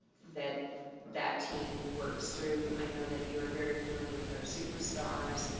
that that team works through. i know that you are very familiar with our super stars,